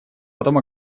потом